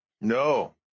No